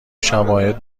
شواهد